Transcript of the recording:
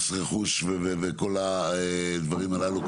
מס רכוש וכל הדברים הללו,